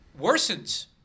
worsens